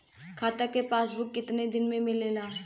खाता के पासबुक कितना दिन में मिलेला?